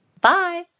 Bye